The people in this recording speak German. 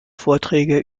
vorträge